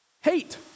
hate